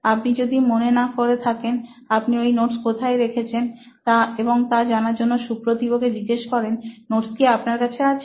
আপনার যদি মনে না থাকে আপনি ওই নোটস কোথায় রেখেছেন এবং তা জানার জন্য সুপ্রতিভ কে জিজ্ঞাসা করেন নোটস কি আপনার কাছে আছে